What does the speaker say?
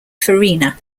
farina